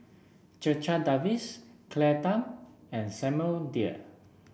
Checha Davies Claire Tham and Samuel Dyer